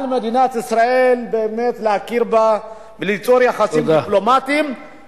על מדינת ישראל באמת להכיר בהם וליצור יחסים דיפלומטיים,